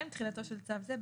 תחילה תחילתו של צו זה,